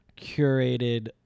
curated